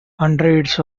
hundreds